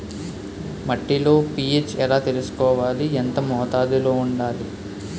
మట్టిలో పీ.హెచ్ ఎలా తెలుసుకోవాలి? ఎంత మోతాదులో వుండాలి?